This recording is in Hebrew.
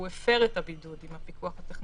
שהוא הפר את הבידוד עם הפיקוח הטכנולוגי,